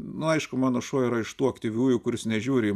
nu aišku mano šuo ir iš tų aktyviųjų kuris nežiūri į